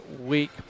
week